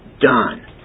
done